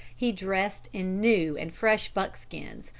he dressed in new and fresh buckskins,